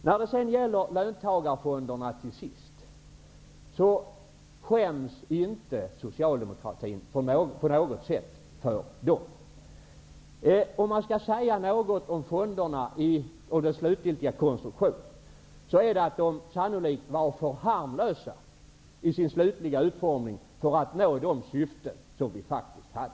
När det sedan gäller löntagarfonderna, skäms socialdemokratin inte på något sätt för dem. Om jag skall säga någonting om fonderna och deras slutgiltiga konstruktion, är det att de sannolikt var för harmlösa i sin utformning för att nå de syften som vi faktiskt hade.